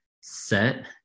set